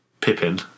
Pippin